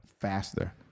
faster